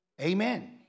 Amen